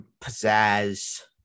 pizzazz